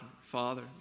father